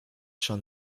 schon